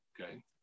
Okay